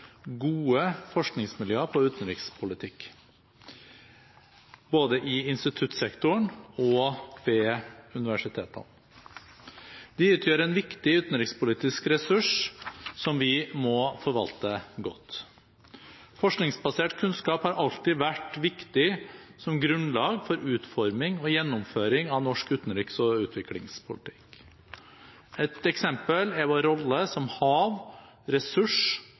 gode forskningsmiljøer på utenrikspolitikk, både i instituttsektoren og ved universitetene. De utgjør en viktig utenrikspolitisk ressurs, som vi må forvalte godt. Forskningsbasert kunnskap har alltid vært viktig som grunnlag for utforming og gjennomføring av norsk utenriks- og utviklingspolitikk. Et eksempel er vår rolle som hav-, ressurs-